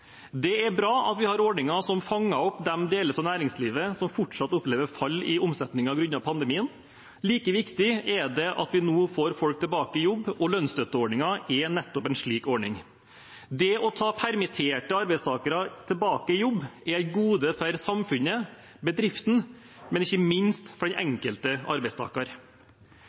Det er bra at vi har ordninger som fanger opp de deler av næringslivet som fortsatt opplever fall i omsetningen grunnet pandemien. Like viktig er det at vi nå får folk tilbake i jobb. Lønnsstøtteordningen er nettopp en slik ordning. Det å ta permitterte arbeidstakere tilbake i jobb er et gode for samfunnet, bedriften, men ikke minst for den enkelte arbeidstaker.